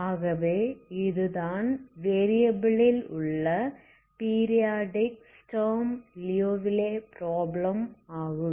ஆகவே இதுதான் வேரியபில் ல் உள்ள பீரியாடிக் ஸ்டர்ம் லியோவிலே ப்ராப்ளம் ஆகும்